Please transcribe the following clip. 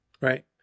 Right